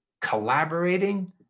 collaborating